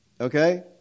Okay